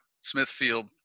Smithfield